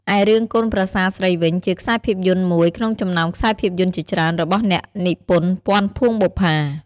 ឯរឿងកូនប្រសាស្រីវិញ ជាខ្សែភាពយន្តមួយ ក្នុងចំណោមខ្សែភាពយន្តជាច្រើន របស់អ្នកនិពន្ធ ពាន់ ភួងបុប្ផា ។